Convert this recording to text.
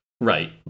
Right